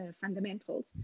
fundamentals